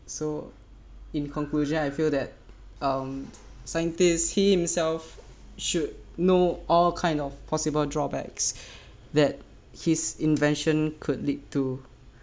so in conclusion I feel that um scientists he himself should know all kind of possible drawbacks that his invention could lead to